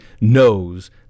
knows